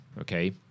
okay